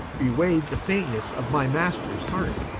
bewray'd the faintnesse of my masters heart